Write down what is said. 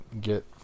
get